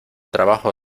trabajo